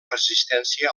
resistència